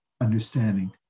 understanding